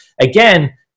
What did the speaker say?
Again